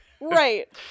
right